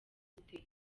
stage